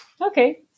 Okay